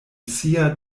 sia